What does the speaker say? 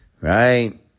right